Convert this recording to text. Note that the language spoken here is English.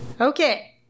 Okay